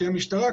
כי במשטרה,